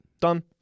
done